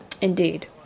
Indeed